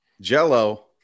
Jello